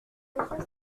monsieur